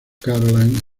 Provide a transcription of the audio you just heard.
carolina